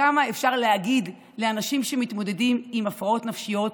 וכמה אפשר להגיד לאנשים שמתמודדים עם הפרעות נפשיות: